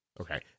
Okay